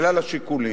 בכלל השיקולים?